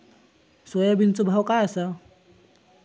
सोयाबीनचो भाव काय आसा?